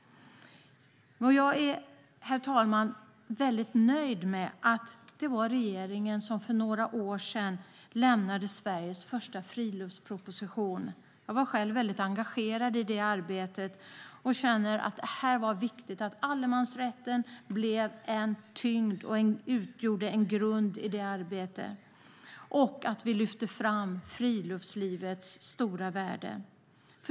Herr talman! Jag är mycket nöjd med att regeringen för några år sedan lade fram Sveriges första friluftsproposition. Jag var själv väldigt engagerad i det arbetet och känner att det var viktigt att allemansrätten där utgjorde en grund samt att vi lyfte fram friluftslivets stora värde.